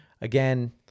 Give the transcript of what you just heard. Again